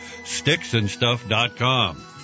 Sticksandstuff.com